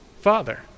Father